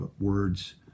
words